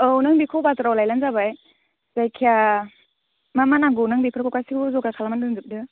औ नों बेखौ बाजाराव लायब्लानो जाबाय जायखिजाया मा मा नांगौ नों बेफोरखौ गासैखौबो जगार खालामनानै दोनजोबदो